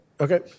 Okay